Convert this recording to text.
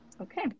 Okay